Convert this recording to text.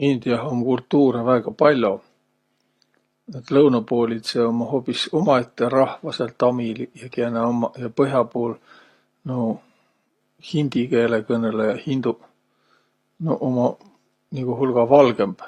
Indiah um kultuurõ väega pall'o. Näet, lõunõpoolidsõq ummaq hoobis umaette rahvaq sääl, tamiliq ja kiä nä ummaq, ja põh'a puul nuuq hindi keele kõnõlõjaq, hinduq, nuuq umaq nigu hulga valgõmb